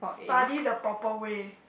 study the proper way